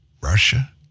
Russia